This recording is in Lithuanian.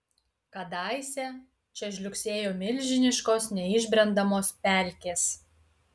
kadaise čia žliugsėjo milžiniškos neišbrendamos pelkės